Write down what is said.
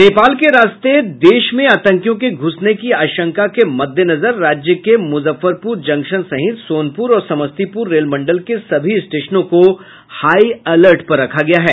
नेपाल के रास्ते आतंकियों के देश में घूसने की आशंका के मद्देनजर राज्य के मूजफ्फरपूर जंक्शन सहित सोनपूर और समस्तीपूर रेल मंडल के सभी स्टेशनों को हाई अलर्ट पर रखा गया है